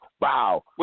Wow